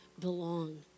belong